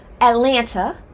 Atlanta